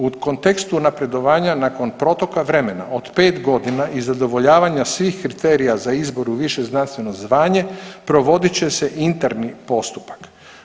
U kontekstu napredovanja nakon protoka vremena od pet godina i zadovoljavanja svih kriterija za izbor u više znanstveno zvanje provodit će se interni postupak.